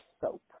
soap